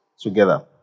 Together